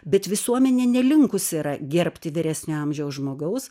bet visuomenė nelinkus yra gerbti vyresnio amžiaus žmogaus